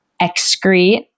excrete